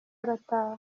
arataha